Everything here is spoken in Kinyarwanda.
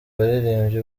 baririmbyi